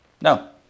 No